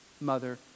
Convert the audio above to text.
mother